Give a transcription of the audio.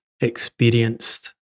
experienced